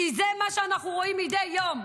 כי זה מה שאנחנו רואים מדי יום,